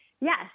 Yes